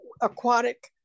aquatic